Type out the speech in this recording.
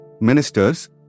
Ministers